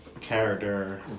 Character